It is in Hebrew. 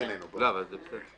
ככל